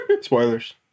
Spoilers